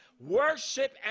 worship